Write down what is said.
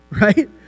right